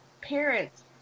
parents